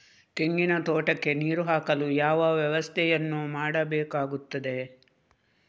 ತೆಂಗಿನ ತೋಟಕ್ಕೆ ನೀರು ಹಾಕಲು ಯಾವ ವ್ಯವಸ್ಥೆಯನ್ನು ಮಾಡಬೇಕಾಗ್ತದೆ?